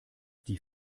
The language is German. die